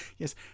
Yes